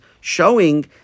showing